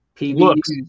looks